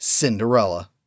Cinderella